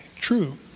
true